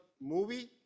movie